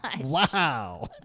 Wow